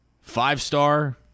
five-star